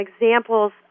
examples